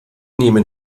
nehmen